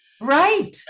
Right